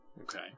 Okay